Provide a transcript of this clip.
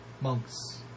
monks